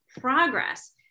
progress